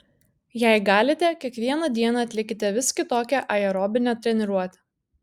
jei galite kiekvieną dieną atlikite vis kitokią aerobinę treniruotę